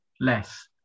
less